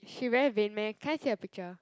she very vain meh can I see a picture